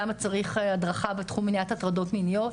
למה צריך הדרכה בתחום מניעת הטרדות מיניות.